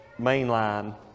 mainline